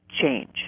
change